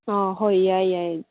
ꯑꯥ ꯍꯣꯏ ꯌꯥꯏ ꯌꯥꯏ